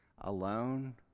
alone